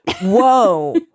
whoa